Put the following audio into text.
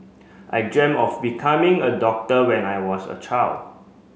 I dreamt of becoming a doctor when I was a child